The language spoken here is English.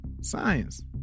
science